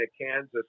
Kansas